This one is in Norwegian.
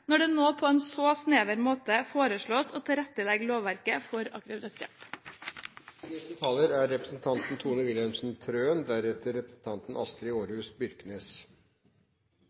når det nå på en så snever måte foreslås å tilrettelegge lovverket for aktiv dødshjelp. Jeg vil også få takke representanten